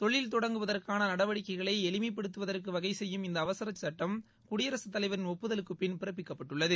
தொழில் தொடங்குவதற்கான நடவடிக்கைகளை எளிமைப் படுத்துவதற்கு வகை செய்யும் இந்த அவசர சட்டம் குடியரசுத் தலைவரின் ஒப்புதலுக்குப் பின் பிறப்பிக்கப்பட்டுள்ளது